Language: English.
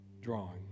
drawing